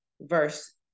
verse